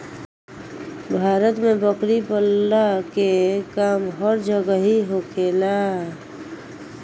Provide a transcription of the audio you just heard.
भारत में बकरी पलला के काम हर जगही होखेला